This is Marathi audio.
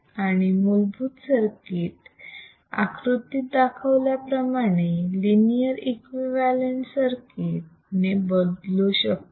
आणि मूलभूत सर्किट आकृतीत दाखवल्याप्रमाणे लिनियर इक्विवलेंत सर्किट ने बदलू शकतो